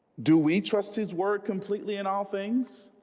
do we trust his word completely in all things